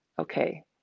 Okay